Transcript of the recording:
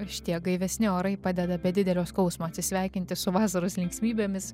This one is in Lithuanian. šitie gaivesni orai padeda be didelio skausmo atsisveikinti su vasaros linksmybėmis